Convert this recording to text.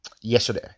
yesterday